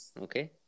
okay